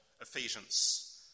Ephesians